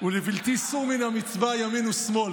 ולבלתי סור מן המצוה ימין ושמאול".